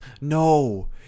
No